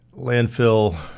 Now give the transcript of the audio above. landfill